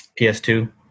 PS2